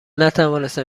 نتوانستم